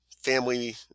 family